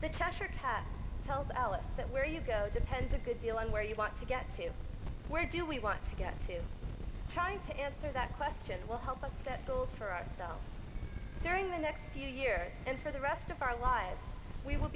treasure cast tells alice that where you go depends a good deal on where you want to get to where do we want to get to trying to answer that question will help us set goals for ourselves during the next few years and for the rest of our lives we will